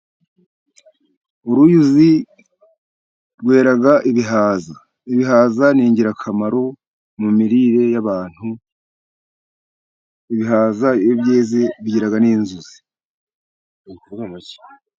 Uruyuzi rwera ibihaza. Ibihaza ni ingirakamaro mu mirire y'abantu, ibihaza iyo byize bigira n'inzuzi.